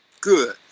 Good